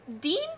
Dean